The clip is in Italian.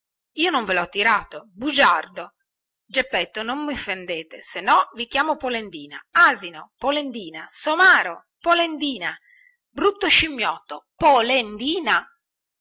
io non ve lho tirato bugiardo geppetto non mi offendete se no vi chiamo polendina asino polendina somaro polendina brutto scimmiotto polendina